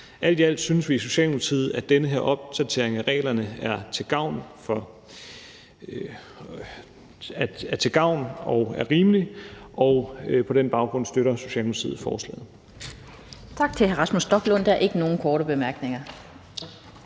Alt i alt synes vi i Socialdemokratiet, at den her opdatering af reglerne er til gavn og er rimelig, og på den baggrund støtter Socialdemokratiet forslaget.